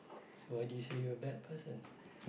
so why did you say you were bad person